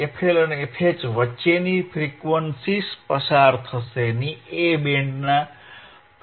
fLઅને fHવચ્ચેની ફ્રીક્વન્સીઝ પસાર થશે નહીં